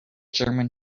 german